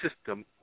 system